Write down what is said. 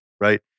right